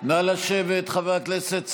נא לשבת, חבר הכנסת סובה.